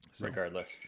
Regardless